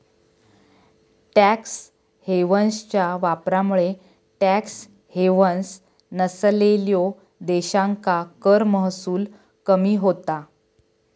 tax हेव्हन्सच्या वापरामुळे tax havens नसलेल्यो देशांका कर महसूल कमी होता